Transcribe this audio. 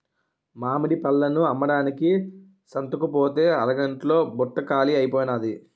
మామిడి పళ్ళను అమ్మడానికి సంతకుపోతే అరగంట్లో బుట్ట కాలీ అయిపోనాది